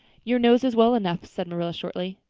your nose is well enough, said marilla shortly.